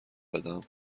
بدم